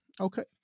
Okay